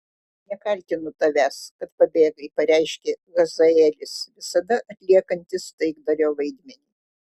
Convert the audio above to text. nekaltinu tavęs kad pabėgai pareiškė hazaelis visada atliekantis taikdario vaidmenį